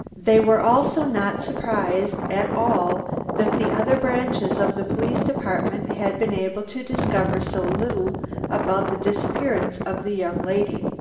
they were also not surprised at all that the other branches of the police department had been able to discover so little about the disappearance of the young lady.